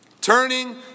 Turning